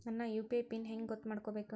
ನನ್ನ UPI pin ಹೆಂಗ್ ಗೊತ್ತ ಮಾಡ್ಕೋಬೇಕು?